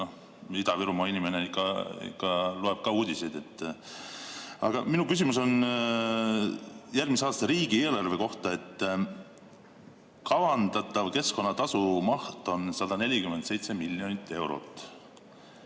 Ida-Virumaa inimene ikka loeb ka uudiseid. Aga minu küsimus on järgmise aasta riigieelarve kohta. Kavandatav keskkonnatasu maht on 147 miljonit eurot,